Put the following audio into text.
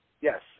Yes